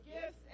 gifts